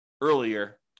earlier